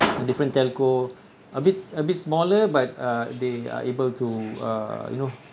and different telco a bit a bit smaller but uh they are able to uh you know